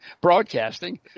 broadcasting